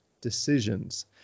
decisions